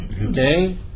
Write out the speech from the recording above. Okay